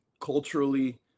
culturally